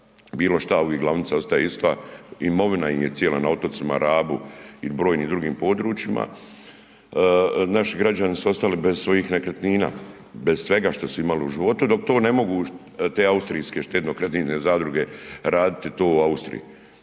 bilo šta, uvik glavnica ostaje ista, imovina im je cijela na otocima Rabu i brojnim drugim područjima naši građani su ostali bez svojih nekretnina, bez svega što su imali u životu, dok to ne mogu te austrijske štednokreditne zadruge raditi to u Austriji.